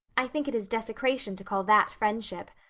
i think it is desecration to call that friendship.